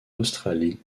australie